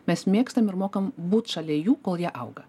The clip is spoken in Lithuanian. mes mėgstam ir mokam būt šalia jų kol jie auga